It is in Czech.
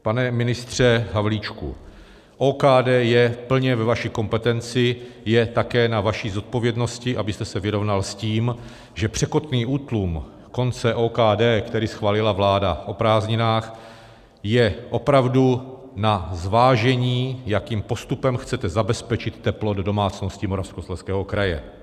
Pane ministře Havlíčku, OKD je plně ve vaší kompetenci, je také na vaší zodpovědnosti, abyste se vyrovnal s tím, že překotný útlum konce OKD, který schválila vláda o prázdninách, je opravdu na zvážení, jakým postupem chcete zabezpečit teplo do domácností Moravskoslezského kraje.